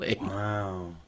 Wow